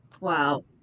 Wow